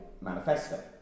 manifesto